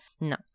No